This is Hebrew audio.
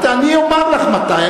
אני אומר לך מתי.